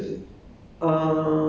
ya